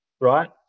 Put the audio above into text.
right